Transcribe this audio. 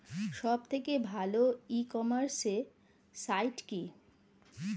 সব থেকে ভালো ই কমার্সে সাইট কী?